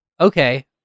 Okay